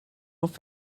auf